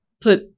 put